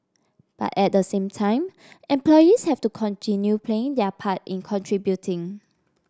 but at the same time employees have to continue playing their part in contributing